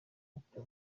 uko